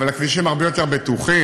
אבל הכבישים הרבה יותר בטוחים,